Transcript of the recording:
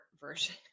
version